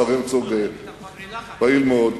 השר הרצוג פעיל מאוד.